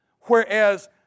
Whereas